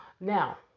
now